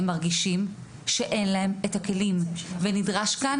הם מרגישים שאין להם את הכלים ונדרש כאן